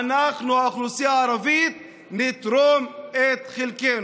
אנחנו, האוכלוסייה הערבית, נתרום את חלקנו.